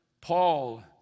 Paul